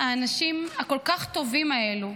האנשים הכל-כך טובים האלו,